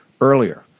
earlier